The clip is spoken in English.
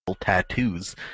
tattoos